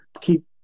keep